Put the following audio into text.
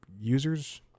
users